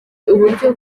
uburyo